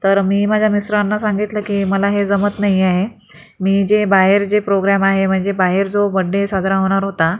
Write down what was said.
तर मी माझ्या मिस्टरांना सांगितलं की मला हे जमत नाही आहे मी जे बाहेर जे प्रोग्राम आहे म्हणजे बाहेर जो बड्डे साजरा होणार होता